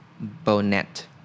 Bonnet